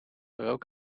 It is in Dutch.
rook